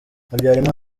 habyarima